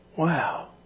Wow